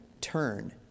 turn